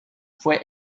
fue